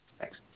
Thanks